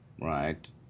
right